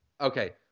Okay